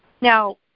Now